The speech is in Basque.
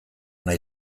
nahi